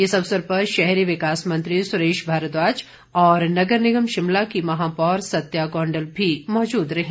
इस अवसर पर शहरी विकास मंत्री सुरेश भारद्वाज और नगर निगम शिमला की महापौर सत्या कौंडल भी मौजूद रहीं